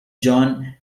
john